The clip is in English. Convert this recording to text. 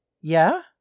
Yeah